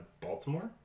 Baltimore